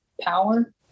power